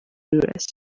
serious